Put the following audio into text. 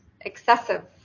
excessive